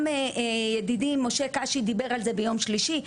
גם ידידי משה קאשי דיבר על זה ביום שלישי,